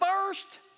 first